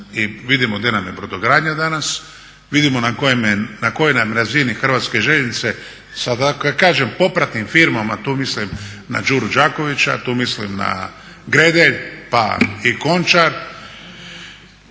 vidimo gdje nam je brodogradnja danas, vidimo na kojoj nam razini Hrvatske željeznice, sada kad kažem popratnim firmama tu mislim na Đuru Đakovića, tu mislim na Gredelj, pa i Končar